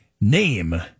name